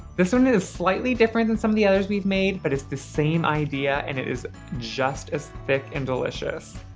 this one is slightly different than some of the others we've made, but it's the same idea and it is just as thick and delicious.